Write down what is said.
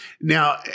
Now